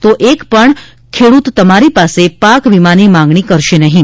તો એક પણ ખેડૂત તમારી પાસે પાક વીમાની માંગણી કરશે નહીં